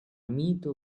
mito